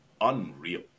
unreal